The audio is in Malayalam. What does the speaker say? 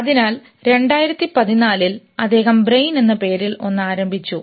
അതിനാൽ 2014 ൽ അദ്ദേഹം ബ്രെയിൻ എന്ന പേരിൽ ഒന്ന് ആരംഭിച്ചു